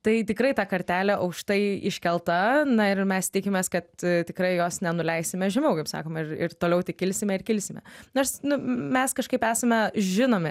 tai tikrai ta kartelė aukštai iškelta na ir mes tikimės kad tikrai jos nenuleisime žemiau kaip sakoma ir toliau tik kilsime ir kilsime nors nu mes kažkaip esame žinomi